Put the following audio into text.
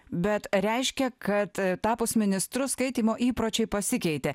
bet reiškia kad tapus ministru skaitymo įpročiai pasikeitė